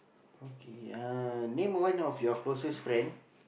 okay uh name one of your closest friend